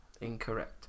Incorrect